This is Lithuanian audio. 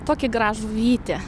tokį gražų vytį